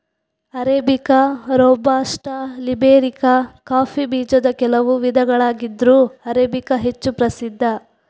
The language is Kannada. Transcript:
ಅರೇಬಿಕಾ, ರೋಬಸ್ಟಾ, ಲಿಬೇರಿಕಾ ಕಾಫಿ ಬೀಜದ ಕೆಲವು ವಿಧಗಳಾಗಿದ್ರೂ ಅರೇಬಿಕಾ ಹೆಚ್ಚು ಪ್ರಸಿದ್ಧ